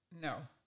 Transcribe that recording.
No